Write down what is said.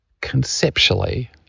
Conceptually